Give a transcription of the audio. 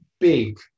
big